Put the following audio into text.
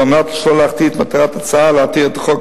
וכדי שלא להחטיא את מטרת ההצעה ולהותיר את החוק